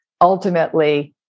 ultimately